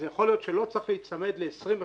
אז יכול להיות שלא צריך להיצמד ל-25 מכסות,